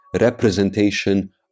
representation